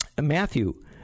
Matthew